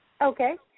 Okay